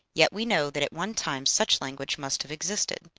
yet we know that at one time such language must have existed.